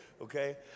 Okay